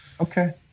Okay